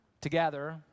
together